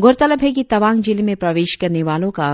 गौरतलब है कि तवांग जिले में प्रवेश करने वालों का